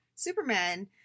Superman